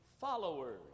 followers